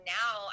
now